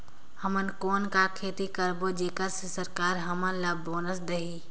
हमन कौन का खेती करबो जेकर से सरकार हमन ला बोनस देही?